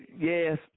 Yes